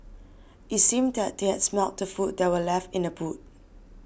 it seemed that they had smelt the food that were left in the boot